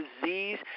disease